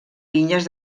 vinyes